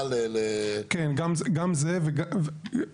השאלה אם יש הצדקה.